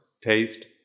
taste